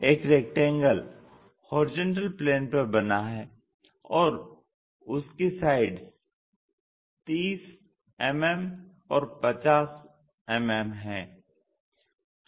एक rectangle HP पर बना है और उसकी साइड्स 30 mm और 50 mm है